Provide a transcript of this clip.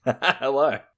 Hello